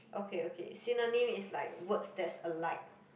okay okay synonym is like words that's alike